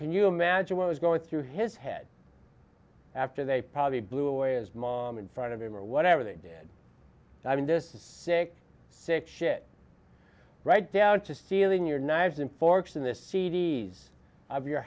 can you imagine what was going through his head after they probably blew away as mom in front of him or whatever they did i mean this is sick sick shit right down to stealing your knives and forks in the c d s of your